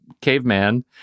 caveman